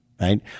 right